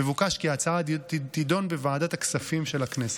מבוקש כי ההצעה תידון בוועדת הכספים של הכנסת.